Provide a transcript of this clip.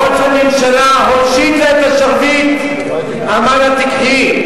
ראש הממשלה הושיט לה את השרביט, אמר לה: תיקחי,